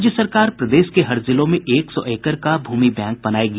राज्य सरकार प्रदेश के हर जिलों में एक सौ एकड़ का भूमि बैंक बनायेगी